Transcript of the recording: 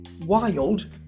Wild